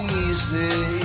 easy